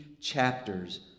chapters